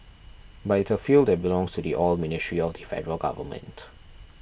but it's a field that belongs to the Oil Ministry of the Federal Government